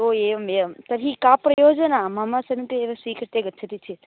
ओ एवम् एवं तर्हि किं प्रयोजनं मम समीपे एव स्वीकृत्य गच्छति चेत्